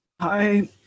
Hi